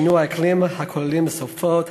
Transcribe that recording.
שינויי אקלים הכוללים סופות,